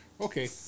Okay